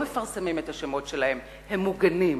לא מפרסמים את השמות שלהם, הם מוגנים,